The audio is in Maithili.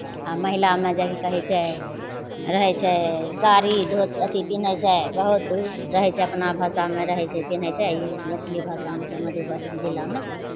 आ महिलामे जहि कहै छै रहै छै साड़ी धो अथि पिन्है छै बहुत रहै छै अपना भाषामे रहै छै पिन्है छै ई मैथिली भाषामे छै मधुबनी जिलामे